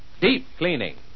deep-cleaning